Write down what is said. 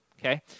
okay